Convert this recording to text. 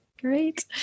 Great